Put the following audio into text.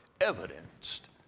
evidenced